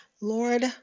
Lord